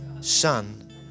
Son